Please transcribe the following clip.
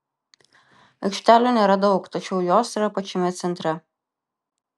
aikštelių nėra daug tačiau jos yra pačiame centre